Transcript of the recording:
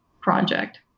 project